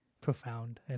profound